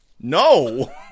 no